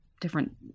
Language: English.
different